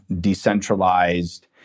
decentralized